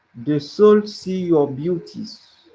the soul see your beauties.